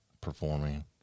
performing